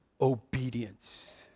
obedience